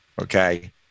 Okay